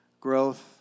growth